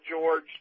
George